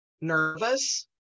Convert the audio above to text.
nervous